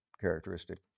characteristic